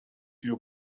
few